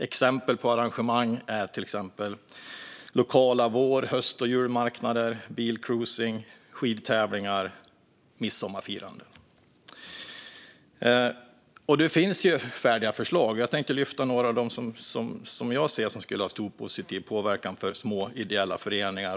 Exempel på arrangemang är lokala vår, höst och julmarknader, bilcruising, skidtävlingar och midsommarfirande. Det finns färdiga förslag. Jag tänker lyfta några av dem som jag ser skulle ha stor positiv påverkan för små ideella föreningar.